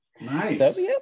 Nice